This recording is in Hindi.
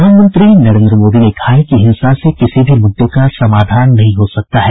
प्रधानमंत्री नरेंद्र मोदी ने कहा है कि हिंसा से किसी भी मुद्दे का समाधान नहीं हो सकता है